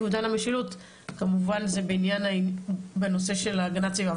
המשילות כמובן זה בנושא של הגנת הסביבה.